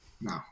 No